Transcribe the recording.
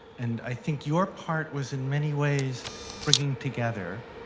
and i think your part was in many ways bringing together,